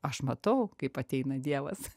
aš matau kaip ateina dievas